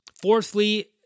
fourthly